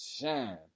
shine